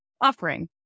offering